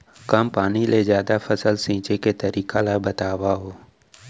कम पानी ले जादा फसल सींचे के तरीका ला बतावव?